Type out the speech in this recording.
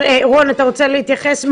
רון, אתה רוצה להתייחס?